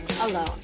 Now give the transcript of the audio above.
alone